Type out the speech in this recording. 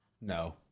No